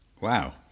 Wow